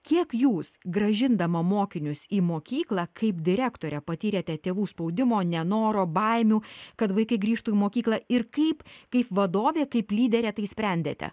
kiek jūs grąžindama mokinius į mokyklą kaip direktorė patyrėte tėvų spaudimo nenoro baimių kad vaikai grįžtų į mokyklą ir kaip kaip vadovė kaip lyderė tai sprendėte